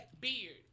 Beard